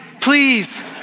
please